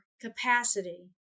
capacity